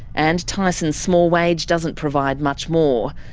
and tyson's small wage doesn't provide much more.